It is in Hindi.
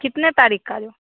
कितने तारीक का जो